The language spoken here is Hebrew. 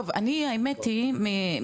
טוב אני האמת היא מצחי,